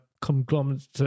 conglomerate